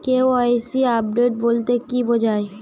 KYC update বলতে কি বোঝায়?